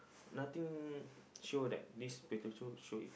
nothing show that this potato should eat